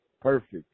Perfect